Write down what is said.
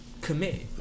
commit